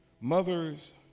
Mothers